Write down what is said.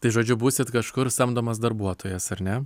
tai žodžiu būsit kažkur samdomas darbuotojas ar ne